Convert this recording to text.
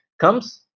comes